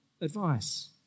advice